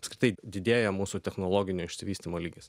apskritai didėja mūsų technologinio išsivystymo lygis